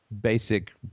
basic